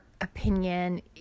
opinion